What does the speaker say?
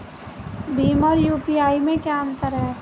भीम और यू.पी.आई में क्या अंतर है?